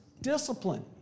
Discipline